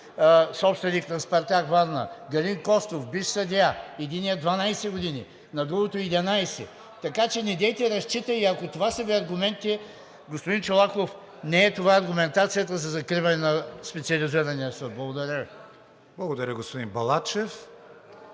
собственик на „Спартак“, Варна; Галин Костов, бивш съдия – единият 12 години, на другия – 11. Така че недейте разчита, и ако това са Ви аргументите, господин Чолаков, не е това аргументацията за закриване на Специализирания съд. Благодаря Ви.